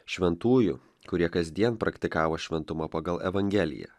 šventųjų kurie kasdien praktikavo šventumą pagal evangeliją